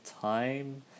time